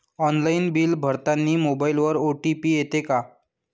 Online bill भरतानी मोबाईलवर OTP येते का?